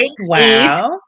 Wow